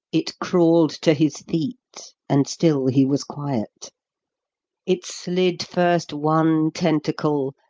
it crawled to his feet, and still he was quiet it slid first one tentacle,